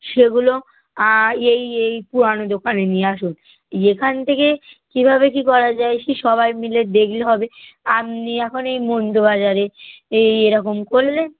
সেগুলো এই এই পুরনো দোকানে নিয়ে আসুন ইয়ে এখান থেকে কীভাবে কী করা যায় সে সবাই মিলে দেখলে হবে আপনি এখন এই মন্দ বাজারে এই এরকম করলেন